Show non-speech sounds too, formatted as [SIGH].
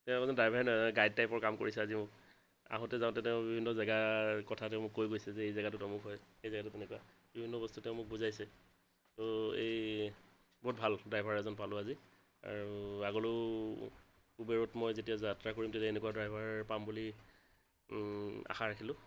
তেওঁ এজন ড্ৰাইভাৰ নহয় [UNINTELLIGIBLE] গাইড টাইপৰ কাম কৰিছে আজি মোক আহোঁতে যাওঁতে তেওঁ বিভিন্ন জেগাৰ কথা তেওঁ মোক কৈ গৈছে যে এই জেগাটোত অমুক হয় এই জেগাটো এনেকুৱা বিভিন্ন বস্তু তেওঁ মোক বুজাইছে ত' এই বহুত ভাল ড্ৰাইভাৰ এজন পালো আজি আৰু আগলৈও উবেৰত মই যেতিয়া যাত্ৰা কৰিম তেতিয়া এনেকুৱা ড্ৰাইভাৰ পাম বুলি আশা ৰাখিলোঁ